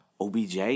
OBJ